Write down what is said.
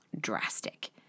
drastic